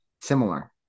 similar